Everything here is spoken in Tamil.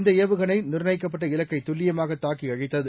இந்தஏவுகணைநிர்ணயிக்கப்பட்டஇலக் கைதுல்லியமாகதாக்கிஅழித்தது